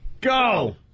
go